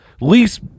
least